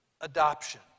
adoption